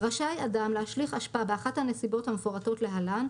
רשאי אדם להשליך אשפה באחת הנסיבות המפורטות להלן,